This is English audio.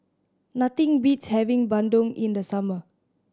nothing beats having bandung in the summer